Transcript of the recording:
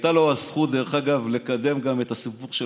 הייתה הזכות לקדם את הסיפור של